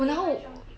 我拿后